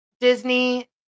Disney